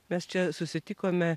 mes čia susitikome